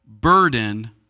burden